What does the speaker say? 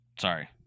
Sorry